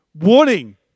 Warning